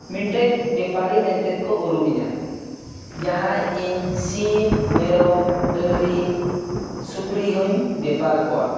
ᱢᱤᱫᱴᱮᱡ ᱵᱮᱯᱟᱨᱤ ᱢᱮᱱᱛᱮᱫ ᱠᱚ ᱩᱨᱩᱢᱤᱧᱟ ᱡᱟᱦᱟᱸᱭ ᱤᱧ ᱥᱤᱢ ᱢᱮᱨᱚᱢ ᱰᱟᱹᱝᱨᱤ ᱥᱩᱠᱨᱤᱦᱚᱧ ᱵᱮᱯᱟᱨ ᱠᱚᱣᱟ